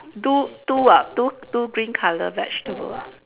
two two ah two two green colour vegetable